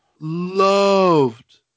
loved